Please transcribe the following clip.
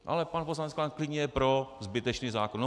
Ale pan poslanec Klán je klidně pro zbytečný zákon.